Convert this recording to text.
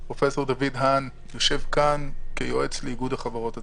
האן ואני יושב כאן כיועץ לאיגוד החברות הציבוריות.